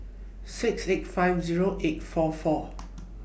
six eight five Zero eight four four